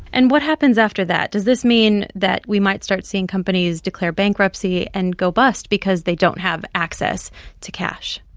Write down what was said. and what happens after that? does this mean that we might start seeing companies declare bankruptcy and go bust because they don't have access to cash?